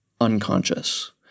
unconscious